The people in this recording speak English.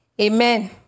Amen